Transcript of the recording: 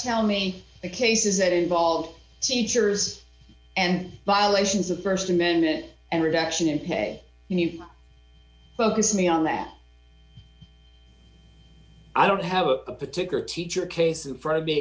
tell me the cases that involved teachers and violations of the st amendment and reduction in pay you've focused me on that i don't have a particular teacher case in front of me